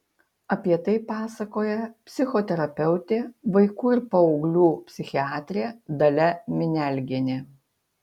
apie tai pasakoja psichoterapeutė vaikų ir paauglių psichiatrė dalia minialgienė